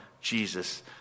Jesus